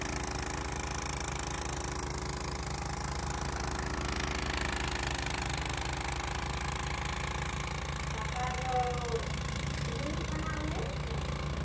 ᱯᱟᱛᱟ ᱫᱚ ᱦᱩᱭᱩᱜ ᱠᱟᱱᱟ ᱚᱱᱮ